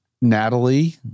Natalie